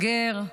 הגר.